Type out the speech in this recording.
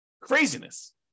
Craziness